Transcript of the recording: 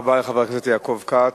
תודה רבה לחבר הכנסת יעקב כץ.